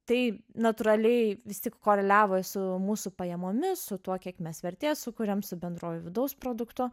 tai natūraliai vis tik koreliavo su mūsų pajamomis su tuo kiek mes vertės sukuriame su bendruoju vidaus produktu